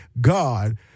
God